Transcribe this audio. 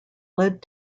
led